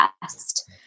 best